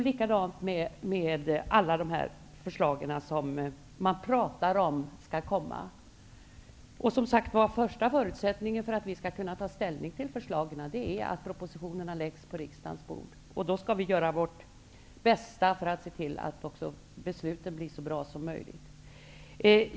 Samma sak gäller alla de förslag som sägs skall komma. Men första förutsättningen för att vi skall kunna ta ställning till förslagen är att propositionerna läggs på riksdagens bord. Då skall vi göra vårt bästa för att se till att besluten blir så bra som möjligt.